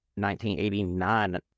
1989